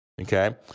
okay